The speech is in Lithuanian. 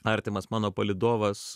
artimas mano palydovas